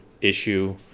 issue